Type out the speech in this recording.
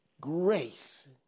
grace